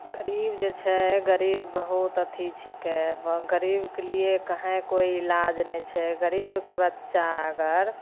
गरीब जे छै गरीब बहुत अथी छिकै गरीबके लिए कहीँ कोइ इलाज नहि छै गरीबके बच्चा अगर